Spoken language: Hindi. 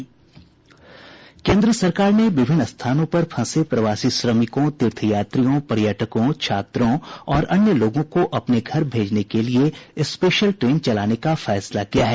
केन्द्र सरकार ने विभिन्न स्थानों पर फंसे प्रवासी श्रमिकों तीर्थ यात्रियों पर्यटकों छात्रों और अन्य लोगों को अपने घर भेजने के लिए स्पेशल ट्रेन चलाने का फैसला किया है